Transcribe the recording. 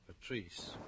Patrice